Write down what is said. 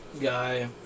guy